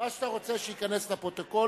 מה שאתה רוצה שייכנס לפרוטוקול,